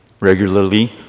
regularly